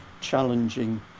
challenging